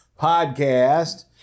podcast